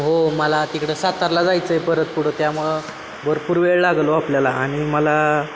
हो मला तिकडं साताऱ्याला जायचं आहे परत पुढं त्यामुळं भरपूर वेळ लागेल हो आपल्याला आणि मला